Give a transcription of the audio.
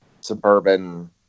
suburban